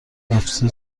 رفته